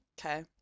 Okay